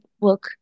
work